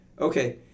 Okay